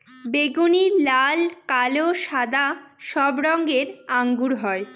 বেগুনি, লাল, কালো, সাদা সব রঙের আঙ্গুর হয়